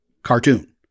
cartoon